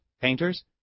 painters